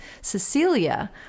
Cecilia